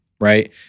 right